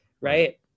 right